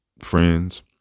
friends